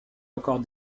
encore